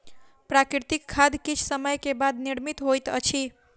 प्राकृतिक खाद किछ समय के बाद निर्मित होइत अछि